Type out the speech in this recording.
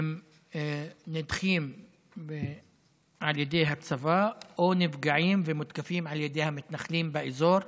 הם נדחים על ידי הצבא או נפגעים ומותקפים על ידי המתנחלים באזור.